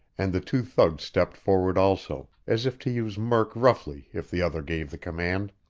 and the two thugs stepped forward also, as if to use murk roughly if the other gave the command.